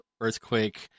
earthquake